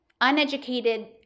uneducated